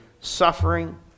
suffering